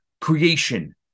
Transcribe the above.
creation